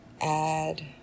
add